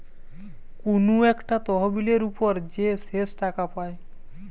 কুনু একটা তহবিলের উপর যে শেষ টাকা পায়